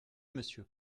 monsieur